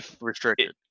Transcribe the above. restricted